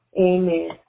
Amen